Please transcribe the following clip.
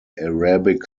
arabic